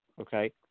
Okay